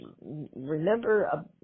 remember